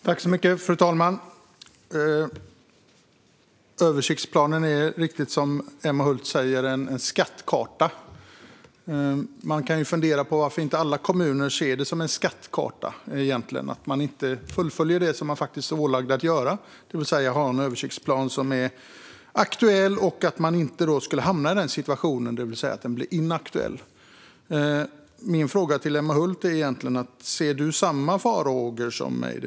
Fru talman! Översiktsplanen är mycket riktigt en skattkarta, som Emma Hult säger. Man kan fundera på varför inte alla kommuner ser på den på det sättet och varför de inte fullföljer det de är ålagda att göra, det vill säga att ha en aktuell översiktsplan. De ska inte hamna i en situation där den blir inaktuell. Min fråga till Emma Hult är: Har du samma farhågor som jag?